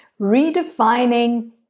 Redefining